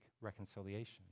reconciliation